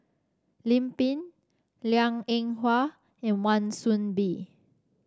Lim Pin Liang Eng Hwa and Wan Soon Bee